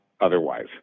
otherwise